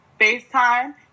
FaceTime